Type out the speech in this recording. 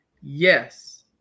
Yes